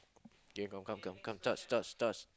K come come come come charge charge charge